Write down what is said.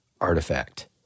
artifact